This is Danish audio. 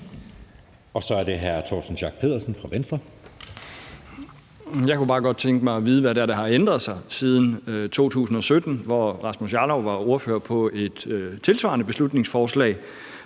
Venstre. Kl. 12:22 Torsten Schack Pedersen (V): Jeg kunne bare godt tænke mig at vide, hvad det er, der har ændret sig siden folketingssamlingen 2017-18, hvor Rasmus Jarlov var ordfører på et tilsvarende beslutningsforslag.